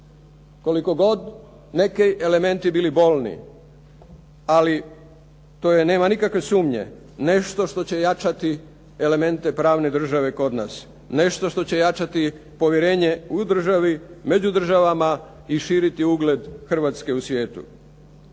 Koliko god neki elementi bili bolni, ali to je, nema nikakve sumnje, nešto što će jačati elemente pravne države kod nas. Nešto što će jačati povjerenje u državi, među državama i širiti ugled Hrvatske u svijetu.